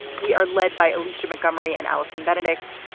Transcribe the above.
we are led by alicia montgomery and allison benedikt.